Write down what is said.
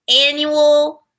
annual